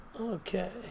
Okay